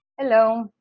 Hello